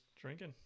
drinking